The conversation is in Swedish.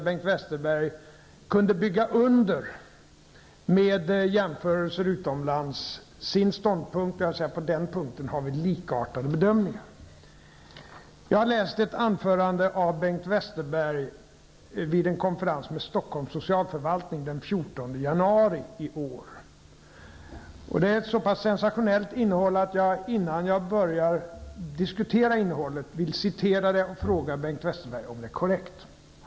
Bengt Westerberg kunde bygga under sin ståndpunkt med jämförelser utomlands, och jag vill säga att vi på den punkten gör likartade bedömningar. Jag läste ett anförande som Bengt Westerberg höll vid en konferens med Stockholms socialförvaltning den 14 januari i år, och innehållet är så pass sensationellt att jag innan jag börjar diskutera det vill citera det och fråga Bengt Westerberg om det är korrekt.